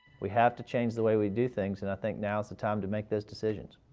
we have to change the way we do things, and i think now is the time to make those decisions.